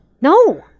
No